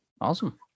awesome